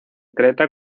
creta